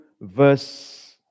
verse